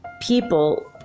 people